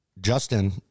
Justin